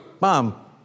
mom